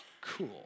cool